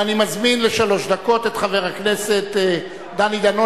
ואני מזמין לשלוש דקות את חבר הכנסת דני דנון